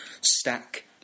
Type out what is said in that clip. stack